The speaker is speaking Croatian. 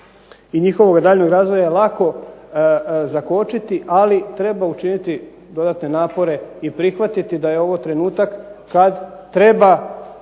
i njihovog daljnjeg razvoja je lako zakočiti, ali treba učiniti dodatne napore i prihvatiti da je ovo trenutak kad treba